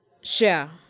share